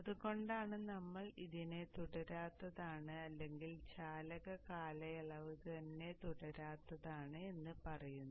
അതുകൊണ്ടാണ് നമ്മൾ ഇതിനെ തുടരാത്തതാണ് അല്ലെങ്കിൽ ചാലക കാലയളവ് തന്നെ തുടരാത്തതാണ് എന്ന് പറയുന്നത്